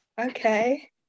okay